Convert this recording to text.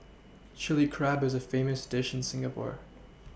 Chilli Crab is a famous dish in Singapore